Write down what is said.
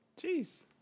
Jeez